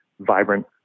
vibrant